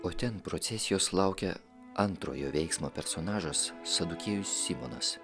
o ten procesijos laukia antrojo veiksmo personažas sadukiejus simonas